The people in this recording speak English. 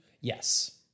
Yes